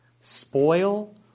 spoil